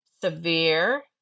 severe